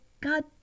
God